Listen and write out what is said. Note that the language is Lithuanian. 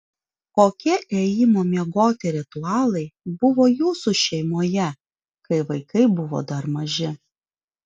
kokie ėjimo miegoti ritualai buvo jūsų šeimoje kai vaikai buvo dar maži